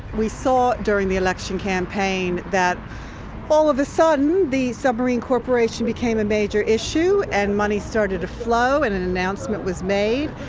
we saw during the election campaign that all of a sudden the submarine corporation became a major issue and money started to flow and an announcement was made.